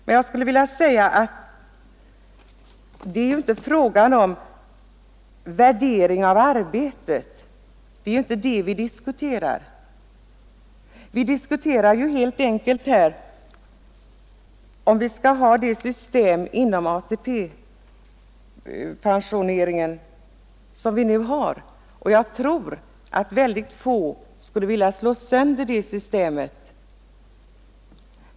Det är dock inte fråga om värderingen av arbetet. Det är inte den vi diskuterar, utan vi diskuterar helt enkelt om vi skall ha det nuvarande ATP-pensioneringssystemet. Jag tror att väldigt få skulle vilja slå sönder det systemet.